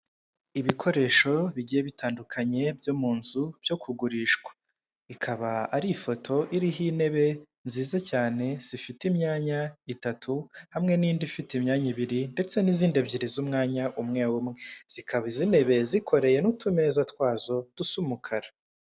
Ibikoresho bigiye bitandukanye byo mu nzu byo kugurishwa. Ikaba ari ifoto iriho intebe nziza cyane zifite imyanya itatu hamwe n'indi ifite imyanya ibiri ndetse n'izindi ebyiri z'umwanya umwe umwe, zikaba izi ntebe zikoreye n'utumeza twazo dusa umukara.